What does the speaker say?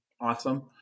awesome